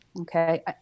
okay